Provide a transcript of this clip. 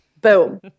Boom